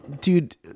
dude